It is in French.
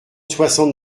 soixante